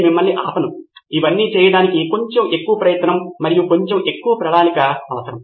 ఈ మధ్యన వచ్చిన చిన్న వివరాలు ఏమిటంటే మౌలిక సదుపాయాలు మరియు మౌలిక సదుపాయాలు లేని పాఠశాలల గురించి